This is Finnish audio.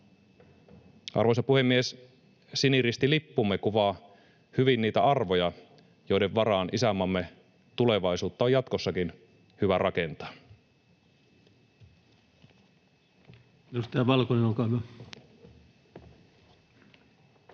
Arvoisa puhemies! Siniristilippumme kuvaa hyvin niitä arvoja, joiden varaan isänmaamme tulevaisuutta on jatkossakin hyvä rakentaa.